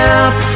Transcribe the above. up